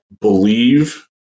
believe